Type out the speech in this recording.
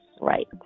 Right